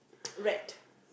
rat